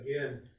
again